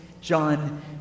John